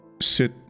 sit